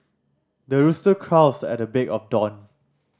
the rooster crows at the break of dawn